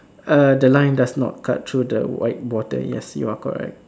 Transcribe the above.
uh the line does not cut through the white border yes you are correct